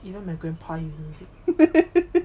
you know my grandpa uses it